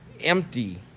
empty